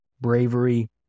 bravery